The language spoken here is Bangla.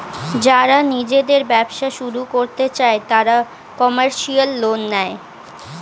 যারা নিজেদের ব্যবসা শুরু করতে চায় তারা কমার্শিয়াল লোন নেয়